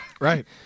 Right